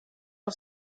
auf